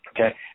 okay